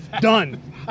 done